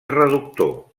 reductor